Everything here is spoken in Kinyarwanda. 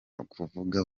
kuvuga